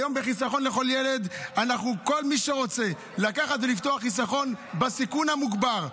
היום "בחיסכון לכל ילד" כל מי שרוצה לקחת ולפתוח חיסכון בסיכון המוגבר,